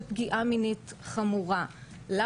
זה ככה איזה שהוא מסר ששמענו שוב ושוב.